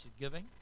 giving